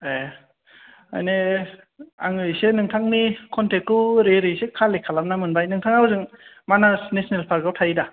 ए मानि आङो इसे नोंथांनि खनथेटखौ ओरै ओरै इसे खालेक्ट खालामना मोनबाय नोंथाङा ओजों मानास नेसनेल फार्कयाव थायोदा